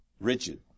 rigid